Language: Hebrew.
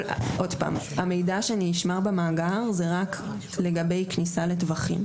המידע שנשמר במאגר זה רק לגבי כניסה לטווחים,